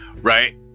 Right